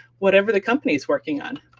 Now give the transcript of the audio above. whatever the company's working on.